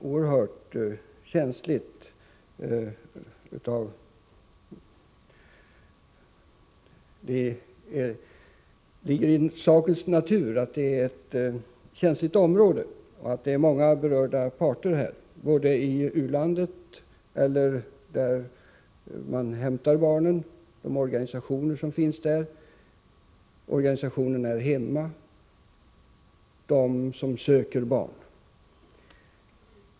Det ligger i sakens natur att det är ett oerhört känsligt område. Många parter är berörda, både de organisationer som finns på den plats där man hämtar barnet och organisationen här hemma, liksom de människor som söker barn.